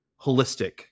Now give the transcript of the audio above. holistic